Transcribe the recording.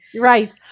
Right